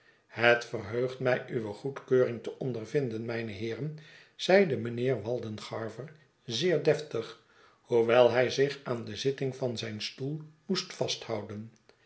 het verheugt mij uwe goedkeuring te ondervinden mijne heeren zeide mijnheer waldengarver zeer deftig hoewel hij zich aan de zitting van zijn stoel moest vasthouden